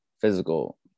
physical